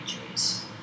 injuries